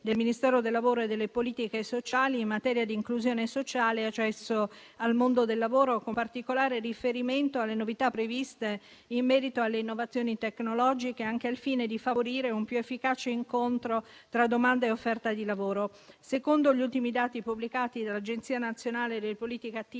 del Ministero del lavoro e delle politiche sociali in materia di inclusione sociale e accesso al mondo del lavoro, con particolare riferimento alle novità previste in merito alle innovazioni tecnologiche, anche al fine di favorire un più efficace incontro tra domanda e offerta di lavoro. Secondo gli ultimi dati pubblicati dall'Agenzia nazionale delle politiche attive